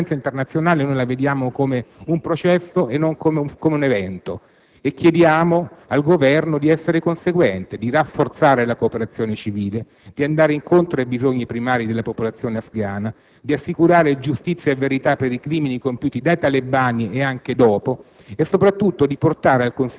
vediamo la conferenza internazionale come un processo e non come un evento; chiediamo al Governo di essere conseguente, di rafforzare la cooperazione civile, di andare incontro ai bisogni primari della popolazione afghana, di assicurare giustizia e verità per i crimini compiuti dai talebani e anche dopo e, soprattutto,